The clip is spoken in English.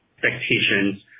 Expectations